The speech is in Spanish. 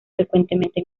frecuentemente